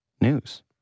news